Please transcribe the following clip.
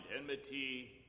enmity